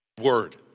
word